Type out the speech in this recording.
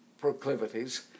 proclivities